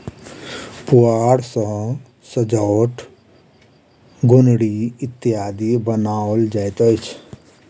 पुआर सॅ सजौट, गोनरि इत्यादि बनाओल जाइत अछि